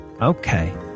Okay